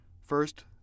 First